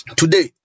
today